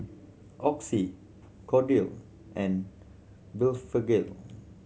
Oxy Kordel and Blephagel